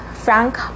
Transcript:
Frank